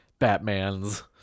Batmans